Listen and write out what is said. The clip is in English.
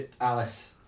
Alice